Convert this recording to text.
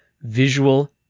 visual